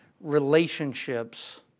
relationships